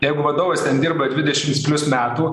jeigu vadovas ten dirba dvidešimts plius metų